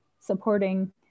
supporting